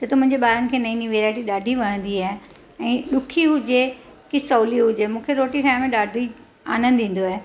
छो त मुंहिंजे ॿारनि खे नईं नईं वैरायटी ॾाढी वणंदी आहे ऐं ॾुखी हुजे कि सवली हुजे मूंखे रोटी ठाहिणु में ॾाढी आनंदु ईंदो आहे